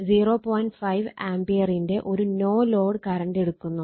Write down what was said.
5 ആംപിയറിന്റെ ഒരു no load current എടുക്കുന്നു